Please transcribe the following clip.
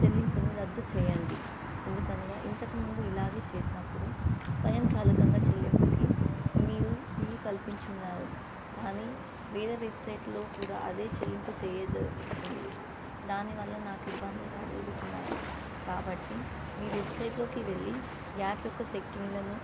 చెల్లింపును రద్దు చెయ్యండి ఎందుకనగా ఇంతకుముందు ఇలాగే చేసినప్పుడు స్వయంచాలకంగా చెల్లింపుకి మీరు వీలు కల్పించున్నారు కానీ వేరే వెబ్సైట్లో కూడా అదే చెల్లింపు చెయ్యవస్తుంది దానివల్ల నాకు ఇబ్బందులు కగలుగుతున్నాయి కాబట్టి మీ వెబ్సైట్లోకి వెళ్ళి యాప్ యొక్క సెట్టింగ్లను